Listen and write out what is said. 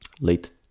late